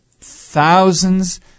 thousands